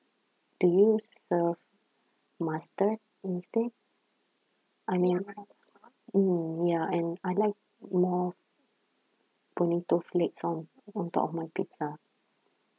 do you serve mustard instead I mean mm ya and I like more bonito flakes um on top of my pizza